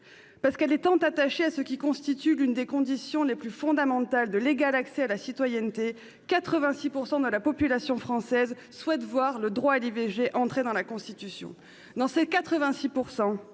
Parce qu'elle est tant attachée à ce qui constitue l'une des conditions les plus fondamentales de l'égal accès à la citoyenneté, la population française, à hauteur de 86 %, souhaite voir le droit à l'IVG entrer dans la Constitution. Parmi ces 86